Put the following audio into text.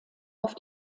auf